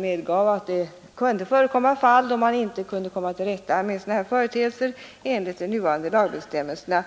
medgav emellertid att det kunde förekomma fall där man inte kunde komma till rätta med sådana här företeelser enligt de nuvarande lagbestämmelserna.